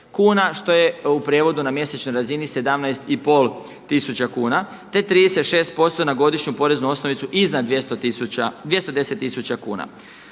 kuna što je u prijevodu na mjesečnoj razini 17 i pol tisuća kuna, te 36% na godišnju poreznu osnovicu iznad 210 tisuća kuna.